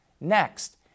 Next